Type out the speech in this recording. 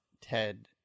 Ted